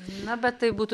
na bet tai būtų